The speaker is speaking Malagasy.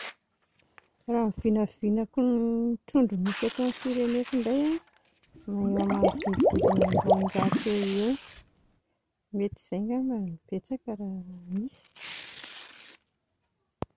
Raha ny vinavinako ny trondro misy eto amin'ny fireneko indray a eo amin'ny manodidididina ny roanjato eo, mety izay angamba no betsaka raha misy